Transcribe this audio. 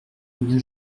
combien